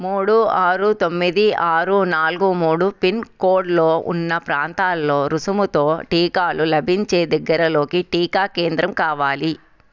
మూడు ఆరు తొమ్మిది ఆరు నాలుగు మూడు పిన్కోడ్లో ఉన్న ప్రాంతాల్లో రుసుముతో టీకాలు లభించే దగ్గరలోకి టీకా కేంద్రం కావాలి